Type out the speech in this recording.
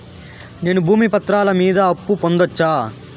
నేను భూమి పత్రాల మీద అప్పు పొందొచ్చా?